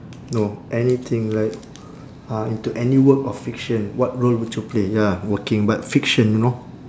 no anything like uh into any work of fiction what role would you play ya working but fiction you know